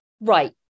Right